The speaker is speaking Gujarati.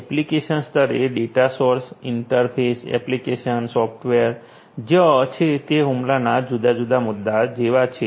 એપ્લિકેશન સ્તરે data stores interface application software જ્યાં છે તે હુમલાના જુદા જુદા મુદ્દાઓ જેવા છે